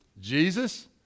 Jesus